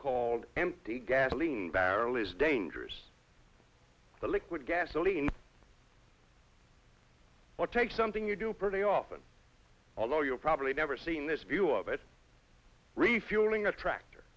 called empty gasoline barrel is dangerous to liquid gasoline or takes something you do pretty often although you'll probably never seen this view of it refueling the tractor